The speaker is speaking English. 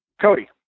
Cody